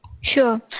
Sure